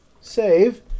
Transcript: save